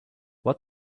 what